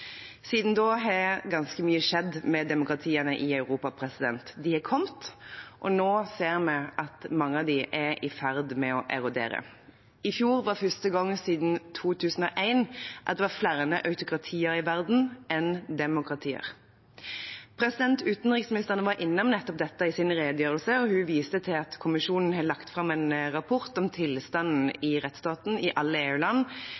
Siden da har ganske mye skjedd med demokratiene i Europa. De er kommet, og nå ser vi at mange av dem er i ferd med å erodere. I fjor var første gangen siden 2001 at det var flere autokratier i verden enn demokratier. Utenriksministeren var innom nettopp dette i sin redegjørelse, og hun viste til at Kommisjonen har lagt fram en rapport om tilstanden